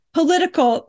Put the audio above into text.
political